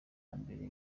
imbere